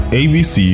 abc